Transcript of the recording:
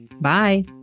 Bye